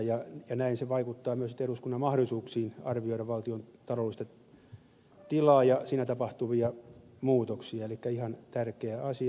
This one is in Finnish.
näin se vaikuttaa myös eduskunnan mahdollisuuksiin arvioida valtion taloudellista tilaa ja siinä tapahtuvia muutoksia elikkä ihan tärkeä asia